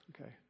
okay